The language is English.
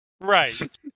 Right